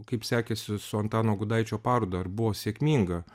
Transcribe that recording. kaip sekėsi su antano gudaičio paroda ar buvo sėkminga